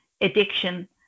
addiction